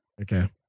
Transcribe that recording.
Okay